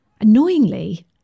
Annoyingly